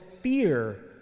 fear